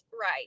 right